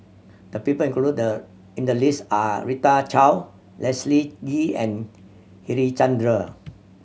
the people include in the list are Rita Chao Leslie Kee and Harichandra